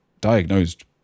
diagnosed